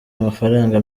amafaranga